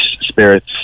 spirits